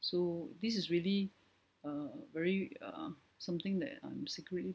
so this is really err very uh something that I'm secretly